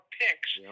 picks